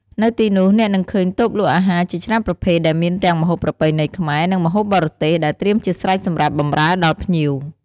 នៅទីនោះ អ្នកនឹងឃើញតូបលក់អាហារជាច្រើនប្រភេទដែលមានទាំងម្ហូបប្រពៃណីខ្មែរ និងម្ហូបបរទេស ដែលត្រៀមជាស្រេចសម្រាប់បម្រើដល់ភ្ញៀវ។